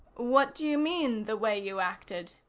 what do you mean, the way you acted?